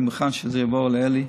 אני מוכן שזה יעבור לאלי,